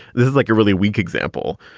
this is like a really weak example,